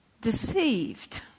deceived